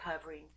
covering